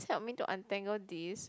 help me to untangle this